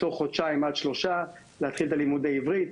תוך חודשיים עד שלושה להתחיל את לימודי העברית.